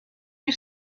you